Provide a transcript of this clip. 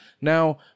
Now